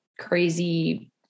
crazy